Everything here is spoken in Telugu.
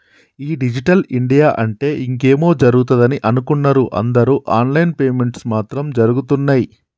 ఈ డిజిటల్ ఇండియా అంటే ఇంకేమో జరుగుతదని అనుకున్నరు అందరు ఆన్ లైన్ పేమెంట్స్ మాత్రం జరగుతున్నయ్యి